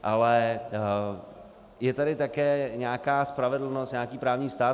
Ale je tady také nějaká spravedlnost, nějaký právní stát.